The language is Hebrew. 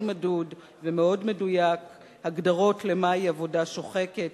מדוד ומאוד מדויק הגדרות לעבודה שוחקת,